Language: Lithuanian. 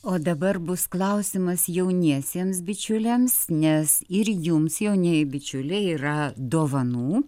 o dabar bus klausimas jauniesiems bičiuliams nes ir jums jaunieji bičiuliai yra dovanų